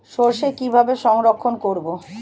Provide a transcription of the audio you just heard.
সরষে কিভাবে সংরক্ষণ করব?